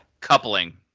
coupling